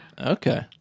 Okay